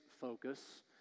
focus